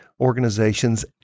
organizations